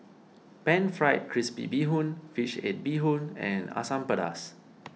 Pan Fried Crispy Bee Hoon Fish Head Bee Hoon and Asam Pedas